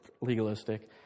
legalistic